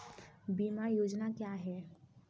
बीमा योजना क्या है?